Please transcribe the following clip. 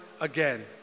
again